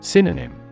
Synonym